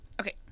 Okay